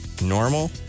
normal